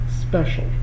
special